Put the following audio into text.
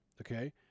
Okay